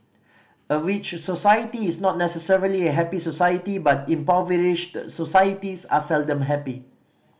a rich society is not necessarily a happy society but impoverished societies are seldom happy